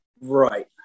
Right